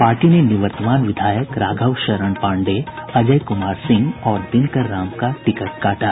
party ने निवर्तमान विधायक राघव शरण पांडेय अजय कुमार सिंह और दिनकर राम का टिकट काटा